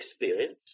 experience